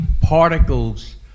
particles